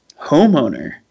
homeowner